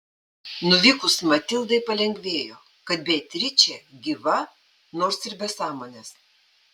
nuvykus matildai palengvėjo kad beatričė gyva nors ir be sąmonės